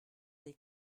dei